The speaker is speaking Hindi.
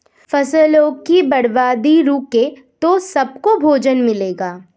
फसलों की बर्बादी रुके तो सबको भोजन मिलेगा